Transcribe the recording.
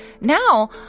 now